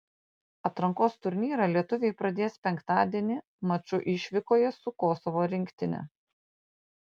atrankos turnyrą lietuviai pradės penktadienį maču išvykoje su kosovo rinktine